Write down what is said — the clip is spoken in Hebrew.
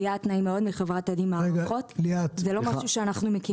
זה לא משהו שאנחנו מכירות.